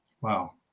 Wow